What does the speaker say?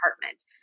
department